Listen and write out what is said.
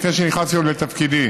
עוד לפני שנכנסתי לתפקידי,